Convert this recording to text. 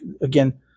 again